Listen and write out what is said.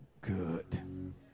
good